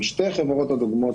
עם שתי החברות הדוגמות.